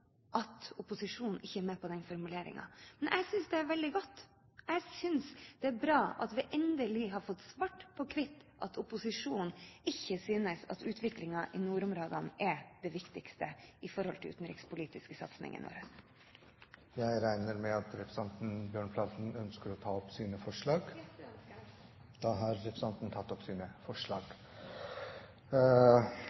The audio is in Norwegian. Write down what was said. at opposisjonen ikke er med på denne formuleringen. Men jeg synes det er veldig godt, jeg synes det er bra at vi endelig har fått svart på hvitt at opposisjonen ikke synes at utviklingen i nordområdene er det viktigste når det gjelder de utenrikspolitiske satsingene. Jeg tar til slutt opp forslaget fra Arbeiderpartiet, Sosialistisk Venstreparti og Senterpartiet. Representanten Anne Marit Bjørnflaten har tatt opp